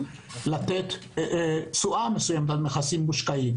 שהם יתנו תשואה מסוימת על נכסים מושקעים.